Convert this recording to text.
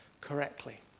correctly